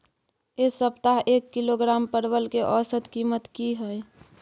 ऐ सप्ताह एक किलोग्राम परवल के औसत कीमत कि हय?